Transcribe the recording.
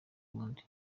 bundi